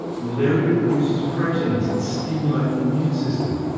malaria produces proteins that stimulate the immune system.